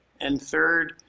and third,